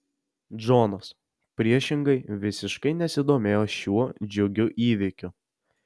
džonas priešingai visiškai nesidomėjo šiuo džiugiu įvykiu